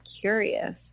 curious